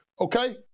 okay